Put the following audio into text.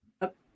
up